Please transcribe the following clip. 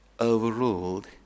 overruled